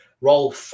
roll